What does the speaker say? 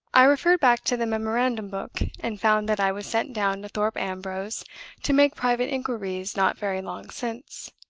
i referred back to the memorandum book, and found that i was sent down to thorpe ambrose to make private inquiries not very long since.